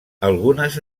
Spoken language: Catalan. algunes